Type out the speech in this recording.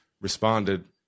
responded